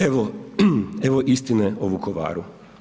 Evo, evo istine o Vukovaru.